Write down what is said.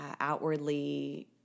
outwardly